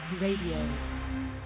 Radio